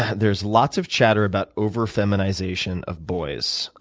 there's lots of chatter about over-feminization of boys.